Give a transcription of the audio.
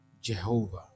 jehovah